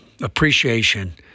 appreciation